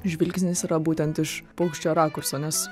žvilgsnis yra būtent iš paukščio rakurso nes